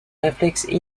réflexe